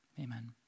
Amen